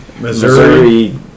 Missouri